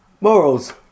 Morals